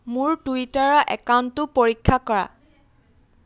মোৰ টুইটাৰৰ একাউণ্টটো পৰীক্ষা কৰা